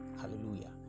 Hallelujah